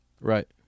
Right